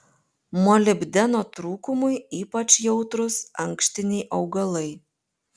molibdeno trūkumui ypač jautrūs ankštiniai augalai